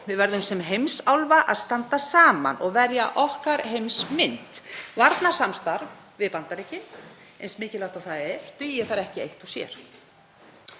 Við verðum sem heimsálfa að standa saman og verja okkar heimsmynd. Varnarsamstarf við Bandaríkin, eins mikilvægt og það er, dugi ekki eitt og sér.